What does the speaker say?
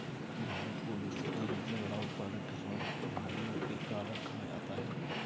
भारत को विश्व का सबसे बड़ा उत्पादक किसान भाइयों के कारण कहा जाता है